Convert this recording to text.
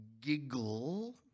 giggle